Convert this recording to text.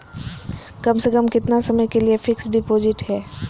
कम से कम कितना समय के लिए फिक्स डिपोजिट है?